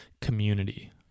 community